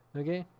okay